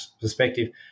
perspective